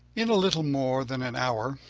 in a little more than an hour,